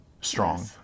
strong